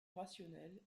rationnelle